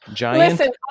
Listen